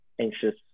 anxious